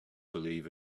believe